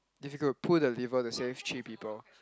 if you could pull the lever that says three people